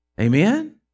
Amen